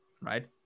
right